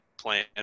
plan